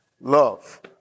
love